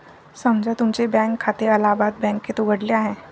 समजा तुमचे बँक खाते अलाहाबाद बँकेत उघडले आहे